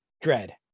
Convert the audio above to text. dread